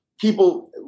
people